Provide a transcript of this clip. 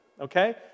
okay